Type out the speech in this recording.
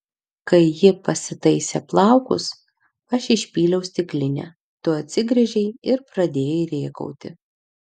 kai ji pasitaisė plaukus aš išpyliau stiklinę tu atsigręžei ir pradėjai rėkauti